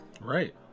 right